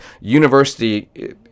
university